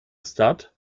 statt